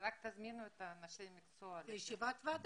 תזמינו את אנשי המקצוע לסיור.